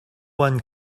one